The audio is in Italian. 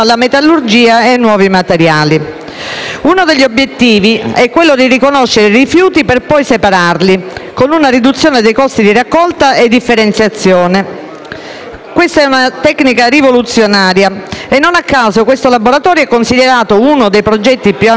Uno degli obiettivi è riconoscere i rifiuti per poi separarli, con una riduzione dei costi di raccolta e differenziazione. È una tecnica rivoluzionaria e non a caso questo laboratorio è considerato uno dei progetti più ambiziosi nell'ambito delle *roadmap*